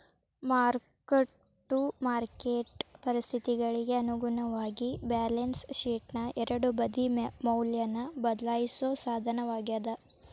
mark to market ಪರಿಸ್ಥಿತಿಗಳಿಗಿ ಅನುಗುಣವಾಗಿ balance ಶೇಟ್ನ ಎರಡೂ ಬದಿ ಮೌಲ್ಯನ ಬದ್ಲಾಯಿಸೋ ಸಾಧನವಾಗ್ಯಾದ